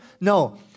No